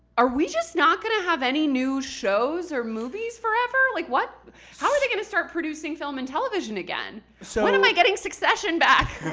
are we just not going to have any new shows or movies forever? like how are they going to start producing film and television again? so when am i getting succession back?